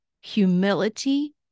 humility